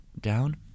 down